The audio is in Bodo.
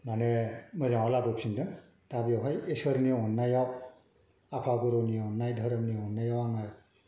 माने मोजाङाव लाबोफिनदों दा बेवहाय ईसोरनि अननायाव आफा गुरुनि अननाय धोरोमनि अननायाव आङो